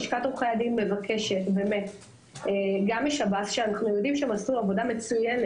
לשכת עורכי הדין מבקשת גם משב"ס שאנחנו יודעים שהם עשו עבודה מצוינת